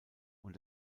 und